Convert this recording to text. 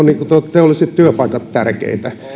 teolliset työpaikat ovat tärkeitä